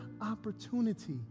opportunity